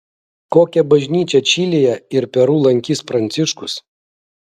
kokią bažnyčią čilėje ir peru lankys pranciškus